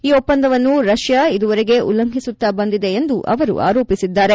ಈ ಒಪ್ಪಂದವನ್ನು ರಷ್ಯಾ ಇದುವರೆಗೆ ಉಲ್ಲಂಘಿಸುತ್ತ ಬಂದಿದೆ ಎಂದು ಅವರು ಆರೋಪಿಸಿದ್ದಾರೆ